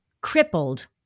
crippled